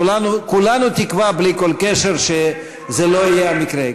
כולנו תקווה, בלי כל קשר, שזה לא יהיה המקרה.